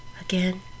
Again